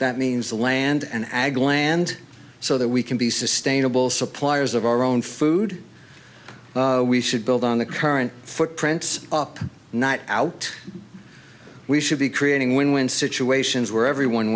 that means the land and ag land so that we can be sustainable suppliers of our own food we should build on the current footprints up not out we should be creating win win situations where everyone